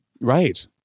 Right